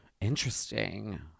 Interesting